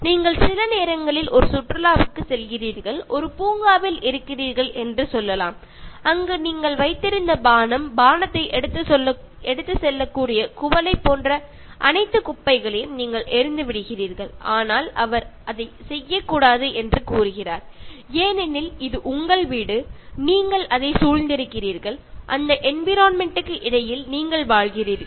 நீங்கள் சில நேரங்களில் ஒரு சுற்றுலாவிற்குச் செல்கிறீர்கள் ஒரு பூங்காவில் இருக்கிறீர்கள் என்று சொல்லலாம் அங்கு நீங்கள் வைத்திருந்த பானம் பானத்தை எடுத்துச் செல்லக்கூடிய குவளை போன்ற அனைத்து குப்பைகளையும் நீங்கள் எறிந்து விடுகிறீர்கள் ஆனால் அவர் அதைச் செய்யக்கூடாது என்று கூறுகிறார் ஏனெனில் இது உங்கள் வீடு நீங்கள் அதைச் சூழ்ந்திருக்கிறீர்கள் அந்த என்விரான்மென்ட் க்கு இடையில் நீங்கள் வாழ்கிறீர்கள்